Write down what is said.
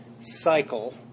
cycle